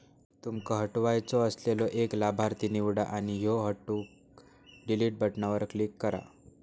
तुमका हटवायचो असलेलो एक लाभार्थी निवडा आणि त्यो हटवूक डिलीट बटणावर क्लिक करा